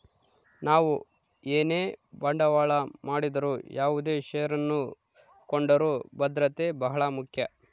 ನಾವು ಏನೇ ಬಂಡವಾಳ ಮಾಡಿದರು ಯಾವುದೇ ಷೇರನ್ನು ಕೊಂಡರೂ ಭದ್ರತೆ ಬಹಳ ಮುಖ್ಯ